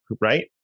right